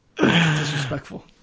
disrespectful